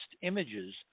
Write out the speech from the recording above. images